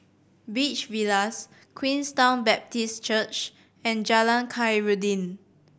Beach Villas Queenstown Baptist Church and Jalan Khairuddin